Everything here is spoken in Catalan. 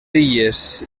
illes